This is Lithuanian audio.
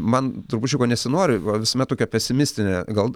man trupučiuką nesinori va visuomet tokia pesimistine gal